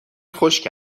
خشک